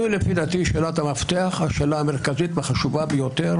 בתי המשפט הבטיחו שהרשות המבצעת לא תפעל בניגוד לזכויות יסוד,